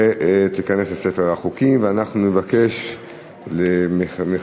בעד, 15, אין מתנגדים, אין נמנעים.